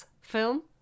film